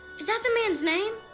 is that the man's name?